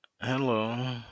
Hello